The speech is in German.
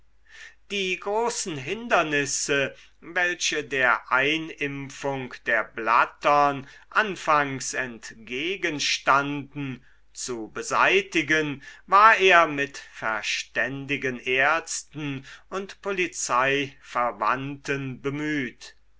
die großen hindernisse welche der einimpfung der blattern anfangs entgegenstanden zu beseitigen war er mit verständigen ärzten und polizeiverwandten bemüht